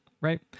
Right